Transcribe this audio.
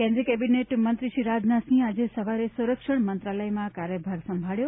કેન્દ્રીય કેબિનેટમંત્રી શ્રી રાજનાથ સિંહે આજે સવારે સંરક્ષણ મંત્રાલયમાં કાર્યભાર સંભાળ્યો